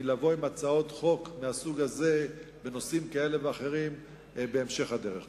מלבוא עם הצעות חוק מהסוג הזה בנושאים כאלה ואחרים בהמשך הדרך.